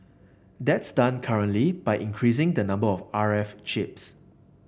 that's done currently by increasing the number of R F chips